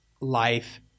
life